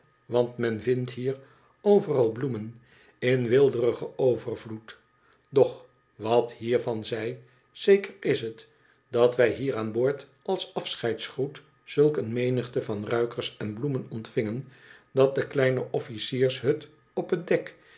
want men vindthier overal bloemen in weelderigen overvloed doch wathiervan zij zeker is het dat wij hier aan boord als afscheidsgroet zulk een menigte van ruikers en bloemen ontvingen dat de kiene officiershut op het dek